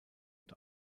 und